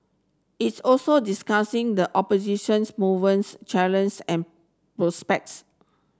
it also discussing the oppositions movements and prospects